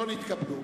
נתקבל.